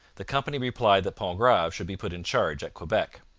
the company replied that pontgrave should be put in charge at quebec.